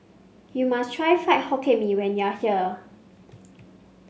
you must try Fried Hokkien Mee when you are here